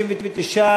59,